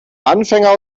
anfänger